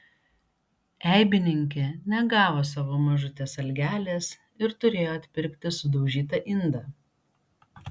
eibininkė negavo savo mažutės algelės ir turėjo atpirkti sudaužytą indą